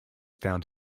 found